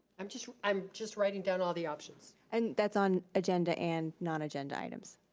i'm just i'm just writing down all the options. and that's on agenda and non agenda items.